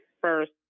first